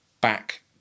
back